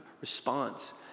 response